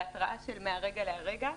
בהתרעה מהרגע להרגע.